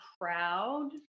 proud